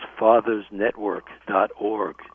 FathersNetwork.org